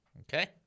Okay